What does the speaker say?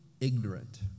ignorant